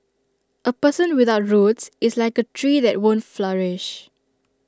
A person without roots is like A tree that won't flourish